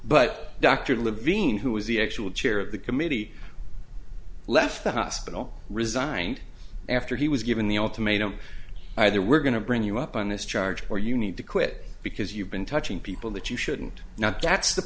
levine who was the actual chair of the committee left the hospital resigned after he was given the ultimatum either we're going to bring you up on this charge or you need to quit because you've been touching people that you shouldn't not that's the